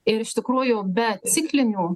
ir iš tikrųjų be ciklinių